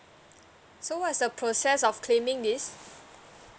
so what is the process of claiming this